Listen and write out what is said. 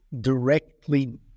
directly